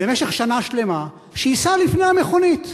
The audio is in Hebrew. במשך שנה שלמה, שייסע לפני המכונית.